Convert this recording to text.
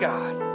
God